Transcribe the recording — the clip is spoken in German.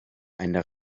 eine